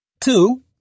Two